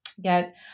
get